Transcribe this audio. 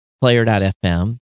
Player.fm